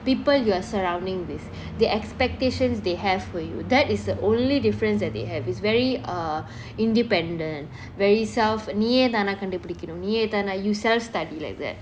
people you're surrounding this the expectations they have for you that is the only difference that they have is very uh independent very self நீயே தான கண்டுபிடிக்கும் நீயே தான :neeyae thaana kandupidikanum neeyae thaana you self study like that